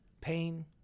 pain